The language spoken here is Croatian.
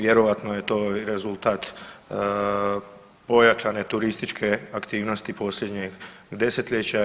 Vjerojatno je to i rezultat pojačane turističke aktivnosti posljednjih desetljeća.